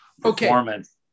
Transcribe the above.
performance